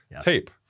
Tape